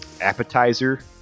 appetizer